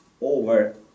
over